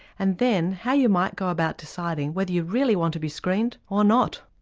and then, how you might go about deciding whether you really want to be screened or not.